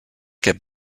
get